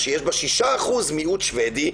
שיש בה 6% מיעוט שבדי,